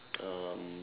um